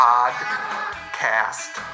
Podcast